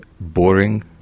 boring